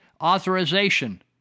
authorization